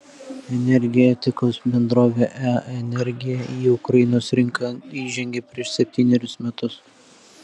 energetikos bendrovė e energija į ukrainos rinką įžengė prieš septynerius metus